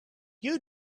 you